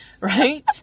right